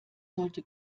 sollte